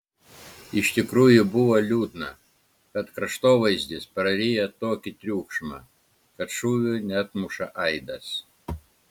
iš tikrųjų buvo liūdna kad kraštovaizdis praryja tokį triukšmą kad šūvių neatmuša aidas